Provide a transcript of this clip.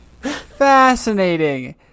Fascinating